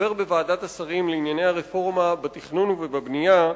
כחבר בוועדת השרים לענייני הרפורמה בתכנון ובבנייה,